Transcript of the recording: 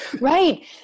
right